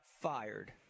fired